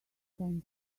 standing